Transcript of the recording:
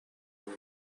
your